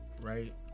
right